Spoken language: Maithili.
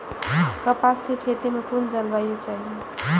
कपास के खेती में कुन जलवायु चाही?